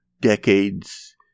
decades